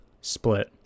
split